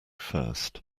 first